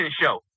Show